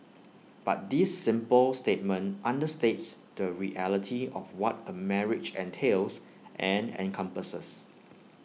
but this simple statement understates the reality of what A marriage entails and encompasses